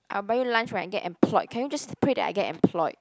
I'll buy you lunch when I get employed can you just pray that I get employed